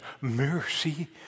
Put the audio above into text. mercy